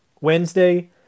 Wednesday